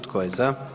Tko je za?